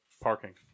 parking